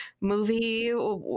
movie